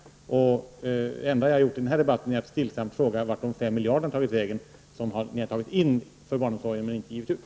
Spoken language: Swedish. Det enda jag har gjort i denna debatt är att stillsamt fråga vart de fem miljarderna har tagit vägen som ni socialdemokrater har tagit in för barnomsorgen men inte givit ut.